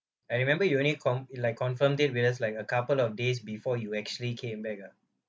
I remember you only conf~ it like confirmed date with us like a couple of days before you actually came back ah